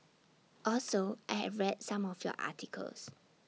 also I have read some of your articles